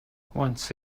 once